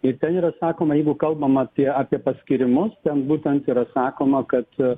į tai yra sakoma jeigu kalbam apie apie paskyrimus ten būtent yra sakoma kad